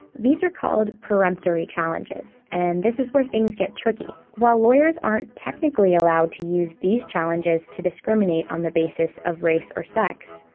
these are called peremptory challenges, and this is where things get tricky. while lawyers aren't technically allowed to use these challenges to discriminate on the basis of race or sex,